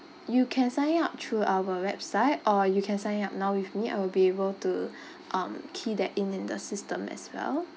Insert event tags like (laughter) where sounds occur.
you can sign up through our website or you can sign up now with me I will be able to (breath) um key that in in the system as well